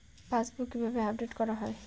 Passbook কিভাবে update করা হয়?